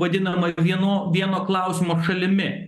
vadinama vienu vieno klausimo šalimi